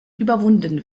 überwunden